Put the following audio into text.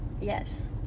Yes